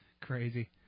Crazy